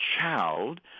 child